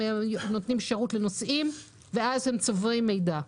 נותנים שירות לנוסעים ואז הם צוברים מידע.